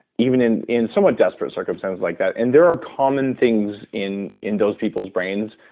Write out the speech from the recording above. even in in somewhat desperate circumstances, like that, and there are common things in in those people's brains.